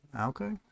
Okay